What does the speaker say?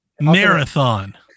marathon